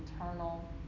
internal